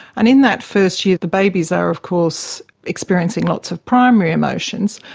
and in that first year the babies are of course experiencing lots of primary emotions.